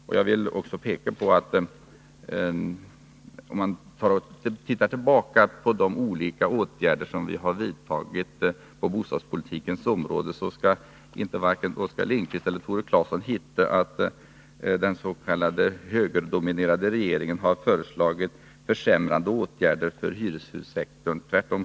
Om Tore Claeson och Oskar Lindkvist tittar tillbaka på de olika åtgärder som vi har vidtagit på bostadspolitikens område, skall de inte finna att den s.k. högerdominerade regeringen har föreslagit några försämrande åtgärder för hyreshussektorn — tvärtom.